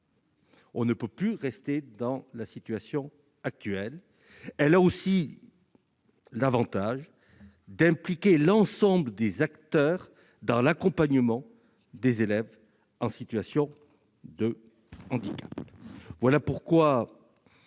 n'est plus tenable. Elle a aussi l'avantage d'impliquer l'ensemble des acteurs dans l'accompagnement des élèves en situation de handicap. Voilà pourquoi,